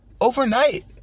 overnight